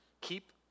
keep